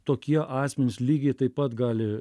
tokie asmenys lygiai taip pat gali